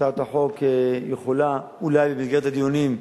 הצעת החוק יכולה, אולי במסגרת הדיונים,